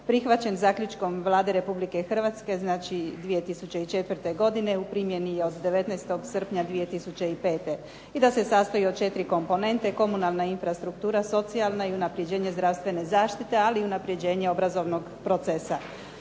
prihvaćen zaključkom Vlade Republike Hrvatske, znači 2004. godine u primjeni je od 19. srpnja 2005. i da se sastoji od četiri komponente, komunalna infrastruktura, socijalna i unapređenje zdravstvene zaštite, ali i unapređenje obrazovnog procesa.